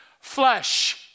flesh